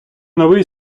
новий